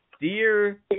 Dear